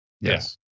Yes